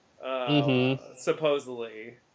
Supposedly